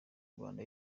rwanda